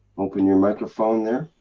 open your microphone there?